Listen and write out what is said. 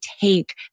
take